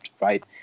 right